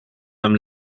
einem